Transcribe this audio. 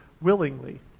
willingly